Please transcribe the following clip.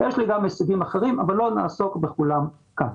יש לי גם הישגים אחרים אבל לא נעסוק בכולם כאן.